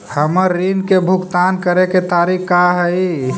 हमर ऋण के भुगतान करे के तारीख का हई?